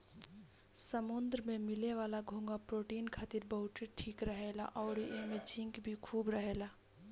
समुंद्र में मिले वाला घोंघा प्रोटीन खातिर बहुते ठीक रहेला अउरी एइमे जिंक भी खूब रहेला